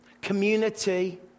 Community